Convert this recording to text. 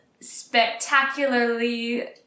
spectacularly